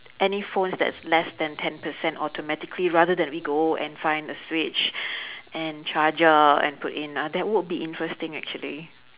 any phones that is less than ten percent automatically rather than we go and find a switch and charger and put in uh that would be interesting actually